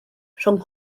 rhwng